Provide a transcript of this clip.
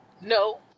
No